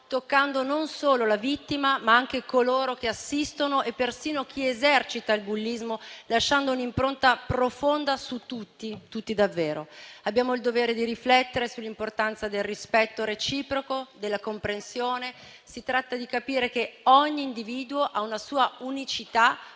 toccando non solo la vittima, ma anche coloro che assistono e persino chi esercita il bullismo, lasciando un'impronta profonda su tutti, davvero su tutti. Abbiamo il dovere di riflettere sull'importanza del rispetto reciproco e della comprensione; si tratta di capire che ogni individuo ha una sua unicità